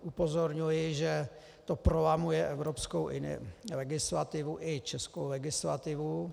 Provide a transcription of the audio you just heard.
Upozorňuji, že to prolamuje evropskou legislativu i českou legislativu.